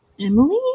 emily